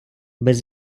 без